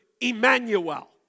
Emmanuel